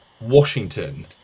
Washington